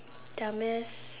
dumb ass